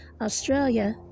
Australia